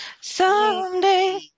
Someday